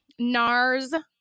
NARS